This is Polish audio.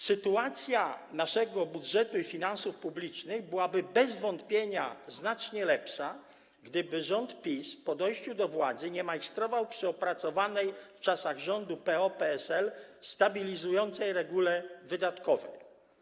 Sytuacja naszego budżetu i finansów publicznych byłaby bez wątpienia znacznie lepsza, gdyby rząd PiS po dojściu do władzy nie majstrował przy opracowanej w czasach rządu PO-PSL stabilizującej regule wydatkowej.